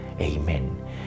Amen